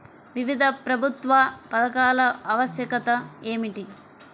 వివిధ ప్రభుత్వా పథకాల ఆవశ్యకత ఏమిటి?